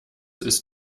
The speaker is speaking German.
isst